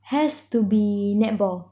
has to be netball